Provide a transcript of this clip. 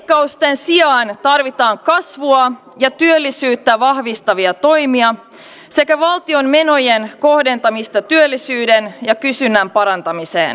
leikkausten sijaan tarvitaan kasvua ja työllisyyttä vahvistavia toimia sekä valtion menojen kohdentamista työllisyyden ja kysynnän parantamiseen